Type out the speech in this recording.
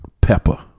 pepper